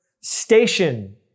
station